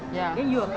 ya